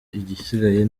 igisigaye